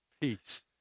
peace